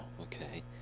okay